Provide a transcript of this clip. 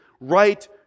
right